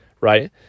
right